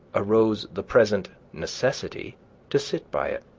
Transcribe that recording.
arose the present necessity to sit by it.